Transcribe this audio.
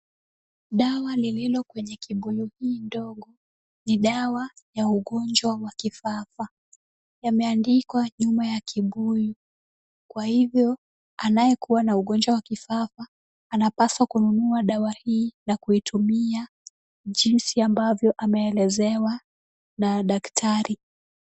Dawa lililo kwenye kibuyu hii ndogo ni dawa ya ugonjwa wa kifafa. Yameandikwa nyuma ya kibuyu kwa hivyo anayekuwa na ugonjwa wa kifafa anapaswa kununua dawa hii na kuitumia jinsi ambavyo ameelezewa na daktari.